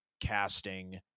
casting